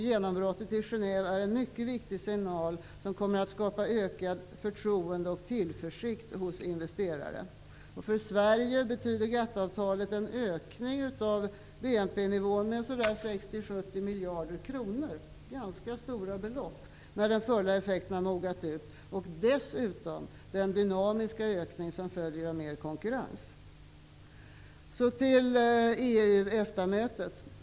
Genombrottet i Genève är en mycket viktig signal, som kommer att skapa ökat förtroende och tillförsikt hos investerare. För Sverige betyder GATT-avtalet en ökning av BNP-nivån med 60--70 miljarder kronor -- det är ett ganska stort belopp -- när den fulla effekten har mognat ut. Dessutom innebär det en dynamisk ökning som följer av mer konkurrens. Låt mig sedan gå över till EU--EFTA-mötet.